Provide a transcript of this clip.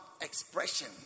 expression